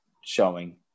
showing